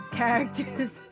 characters